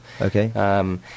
Okay